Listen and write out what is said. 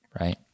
Right